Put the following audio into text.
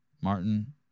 Martin